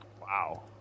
Wow